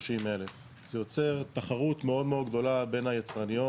30,000. זה יוצר תחרות מאוד מאוד גדולה בין היצרניות